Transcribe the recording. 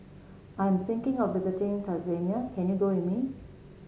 I am thinking of visiting Tanzania can you go with me